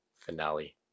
finale